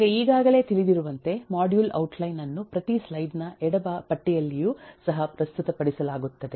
ನಿಮಗೆ ಈಗಾಗಲೇ ತಿಳಿದಿರುವಂತೆ ಮಾಡ್ಯೂಲ್ ಔಟ್ಲೈನ್ ಅನ್ನು ಪ್ರತಿ ಸ್ಲೈಡ್ ನ ಎಡ ಪಟ್ಟಿಯಲ್ಲಿಯೂ ಸಹ ಪ್ರಸ್ತುತಪಡಿಸಲಾಗುತ್ತದೆ